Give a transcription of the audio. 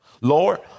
Lord